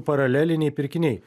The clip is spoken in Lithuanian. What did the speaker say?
paraleliniai pirkiniai